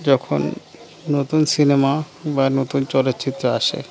যখন নতুন সিনেমা বা নতুন চলচ্চিত্র আসে